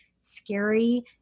scary